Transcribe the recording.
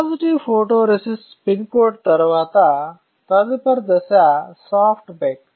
positive photoresist spin coat తరువాత తదుపరి దశ సాఫ్టు బేక్